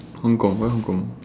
Hong-Kong why Hong-Kong